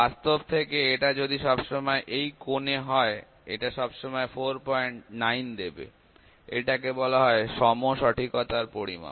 বাস্তব থেকে এটা যদি সব সময় এই কোনে হয় এটা সব সময় ৪৯ দেবে এটাকে বলা হয় সম সঠিকতার পরিমাপ